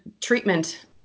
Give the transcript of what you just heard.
treatment